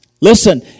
Listen